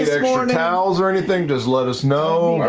extra towels or anything, just let us know